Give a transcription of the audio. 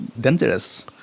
dangerous